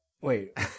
wait